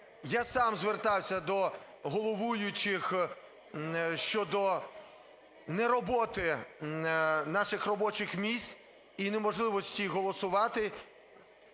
Я сам звертався до головуючих щодо нероботи наших робочих місць і неможливості голосувати,